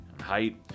height